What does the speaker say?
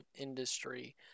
industry